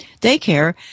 daycare